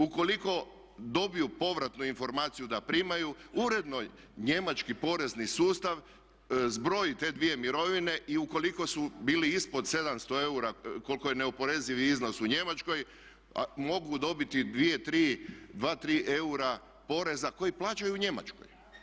Ukoliko dobiju povratnu informaciju da primaju uredno njemački porezni sustav zbroji te dvije mirovine i ukoliko su bili ispod 700 eura koliko je neoporezivi iznos u Njemačkoj mogu dobiti dvije, tri, 2, 3 eura poreza koji plaćaju u Njemačkoj.